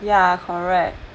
yeah correct